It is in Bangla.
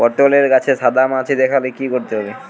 পটলে গাছে সাদা মাছি দেখালে কি করতে হবে?